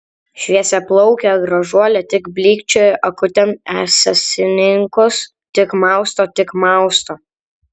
šviesiaplaukė gražuolė tik blykčioja akutėm esesininkus tik mausto tik mausto